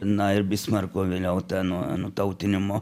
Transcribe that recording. na ir bismarko vėliau ta nu nutautinimo